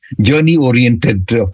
journey-oriented